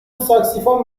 ساکسیفون